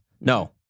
No